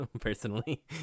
personally